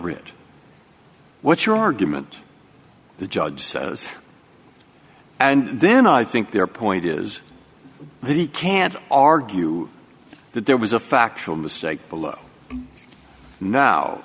writ what's your argument the judge says and then i think their point is that he can't argue that there was a factual mistake below now